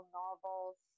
novels